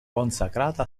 consacrata